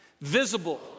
visible